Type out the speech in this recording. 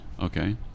Okay